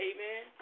Amen